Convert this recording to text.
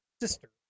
Sister